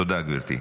תודה, גברתי.